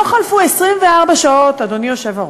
לא חלפו 24 שעות, אדוני היושב-ראש,